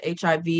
HIV